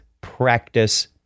practice